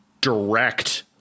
direct